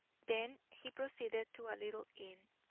then he proceeded to a little inn,